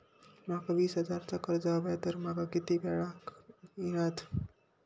माका वीस हजार चा कर्ज हव्या ता माका किती वेळा क मिळात?